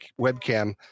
webcam